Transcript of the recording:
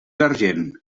argent